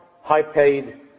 high-paid